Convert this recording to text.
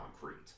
concrete